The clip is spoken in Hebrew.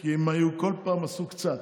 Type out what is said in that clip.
כי כל פעם עשו קצת.